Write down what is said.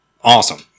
awesome